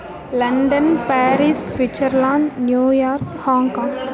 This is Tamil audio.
London Paris Switzerland New York Hong Kong